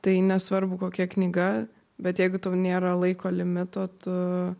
tai nesvarbu kokia knyga bet jeigu tau nėra laiko limito tu